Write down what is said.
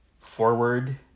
forward